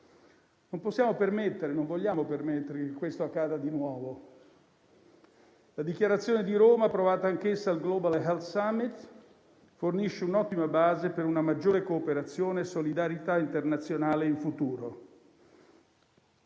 Non possiamo e non vogliamo permettere che questo accada di nuovo. La Dichiarazione di Roma, approvata anch'essa al Global health summit, fornisce un'ottima base per una maggiore cooperazione e solidarietà internazionale in futuro.